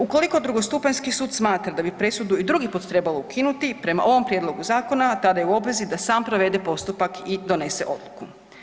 Ukoliko drugostupanjski sud smatra da bi presudu i drugi put trebalo ukinuti prema ovom prijedlogu zakona tada je u obvezi da sam provede postupak i donese odluku.